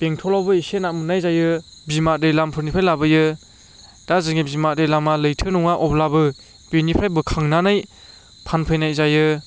बेंथलावबो एसे ना मोननाय जायो बिमा दैलामफोरनिफ्राय लाबोयो दा जोंनि बिमा दैलामा लैथो नङा अब्लाबो बेनिफ्राय बोखांनानै फानफैनाय जायो